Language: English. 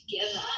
together